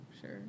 sure